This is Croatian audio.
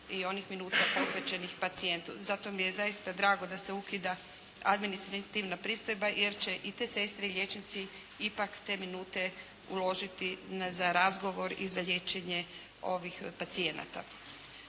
i onih minuta posvećenih pacijentu. Zato mi je zaista drago da se ukida administrativna pristojba, jer će i te sestre i liječnici ipak te minute uložiti za razgovor i za liječenje ovih pacijenata.